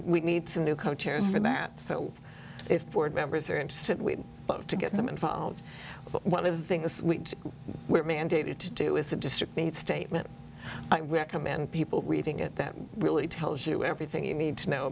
we need some new co chairs for matt so if board members are interested we book to get them involved one of the things we're mandated to do with the district made statement i recommend people reading it that really tells you everything you need to know